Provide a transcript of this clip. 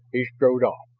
he strode off,